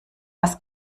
was